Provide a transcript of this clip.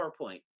PowerPoint